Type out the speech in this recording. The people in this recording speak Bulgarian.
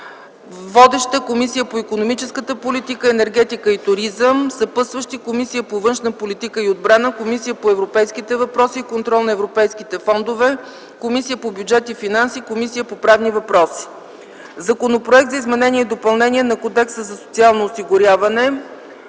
Водеща е Комисията по икономическата политика, енергетика и туризъм. Съпътстващи са: Комисията по външна политика и отбрана; Комисията по европейските въпроси и контрол на европейските фондове; Комисията по бюджет и финанси и Комисията по правни въпроси. Постъпил е Законопроект за изменение и допълнение на Кодекса за социално осигуряване.